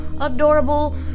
adorable